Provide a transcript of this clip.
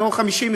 50,